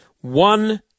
one